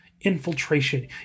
infiltration